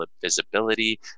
visibility